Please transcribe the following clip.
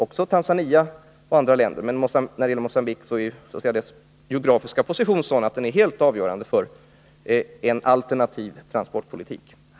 Även Tanzania och andra länder är av betydelse, men Mogambiques geografiska position är helt avgörande för en alternativ transportpolitik.